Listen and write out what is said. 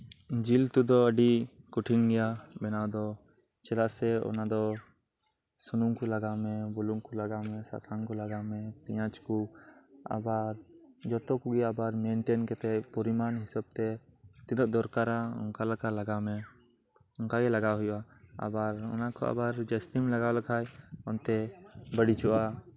ᱡᱤᱞ ᱩᱛᱩ ᱫᱚ ᱟᱹᱰᱤ ᱠᱚᱴᱷᱤᱱ ᱜᱮᱭᱟ ᱵᱮᱱᱟᱣ ᱫᱚ ᱪᱮᱫᱟᱜ ᱥᱮ ᱚᱱᱟᱫᱚ ᱥᱩᱱᱩᱢ ᱠᱚ ᱞᱟᱜᱟᱣ ᱢᱮ ᱵᱩᱞᱩᱝ ᱠᱚ ᱞᱟᱜᱟᱣ ᱢᱮ ᱥᱟᱥᱟᱝ ᱠᱚ ᱞᱟᱜᱟᱣ ᱢᱮ ᱯᱮᱸᱭᱟᱡᱽ ᱠᱚ ᱟᱵᱟᱨ ᱡᱚᱛᱚ ᱠᱚᱜᱮ ᱟᱵᱟᱨ ᱢᱮᱱᱴᱮᱱ ᱠᱟᱛᱮᱫ ᱯᱚᱨᱤᱢᱟᱱ ᱦᱤᱥᱟᱹᱵ ᱛᱮ ᱛᱤᱱᱟᱹᱜ ᱫᱚᱨᱠᱟᱨᱟ ᱚᱱᱠᱟᱞᱮᱠᱟ ᱞᱟᱜᱟᱣᱢᱮ ᱚᱱᱠᱟᱜᱮ ᱞᱟᱜᱟᱣ ᱦᱩᱭᱩᱜᱼᱟ ᱟᱵᱟᱨ ᱚᱱᱟ ᱠᱷᱚᱱ ᱡᱟᱹᱥᱛᱤᱢ ᱞᱟᱜᱟᱣ ᱞᱮᱠᱷᱟᱱ ᱚᱱᱛᱮ ᱵᱟᱹᱲᱤᱡᱚᱜᱼᱟ